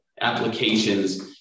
applications